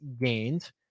gained